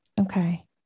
Okay